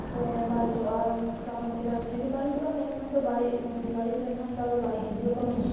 ᱥᱮ ᱵᱟᱹᱲᱤᱡᱚᱜᱼᱟ ᱠᱟᱨᱚᱱ ᱪᱮᱫᱟᱜ ᱥᱮ ᱡᱩᱫᱤ ᱵᱟᱹᱲᱤᱡᱚᱜᱼᱟ ᱛᱟᱦᱚᱞᱮ ᱠᱷᱟᱱ ᱫᱚ ᱵᱟᱹᱲᱤᱡ ᱵᱟᱹᱲᱤᱡ ᱞᱮᱱᱠᱷᱟᱱ ᱛᱚ ᱵᱟᱹᱲᱤᱡ ᱜᱮᱵᱚᱱ